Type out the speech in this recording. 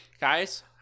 Guys